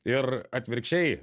ir atvirkščiai